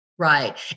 Right